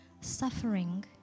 Suffering